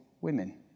women